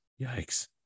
Yikes